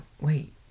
Wait